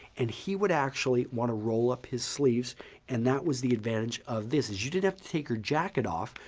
and he would actually want to roll up his sleeves and that was the advantage of this, is you didn't have to take your jacket off,